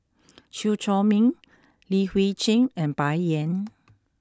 Chew Chor Meng Li Hui Cheng and Bai Yan